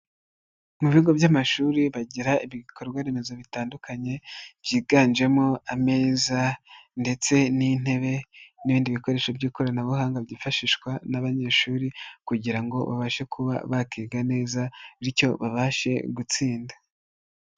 Mu bigo by'amashuri bagira ibikorwaremezo bitandukanye, byiganjemo ameza ndetse n'intebe n'ibindi bikoresho by'ikoranabuhanga byifashishwa n'abanyeshuri kugira ngo babashe kuba bakiga neza, bityo babashe gutsinda.